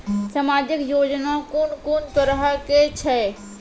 समाजिक योजना कून कून तरहक छै?